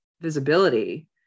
visibility